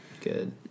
good